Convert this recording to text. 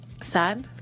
sad